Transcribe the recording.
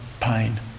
pain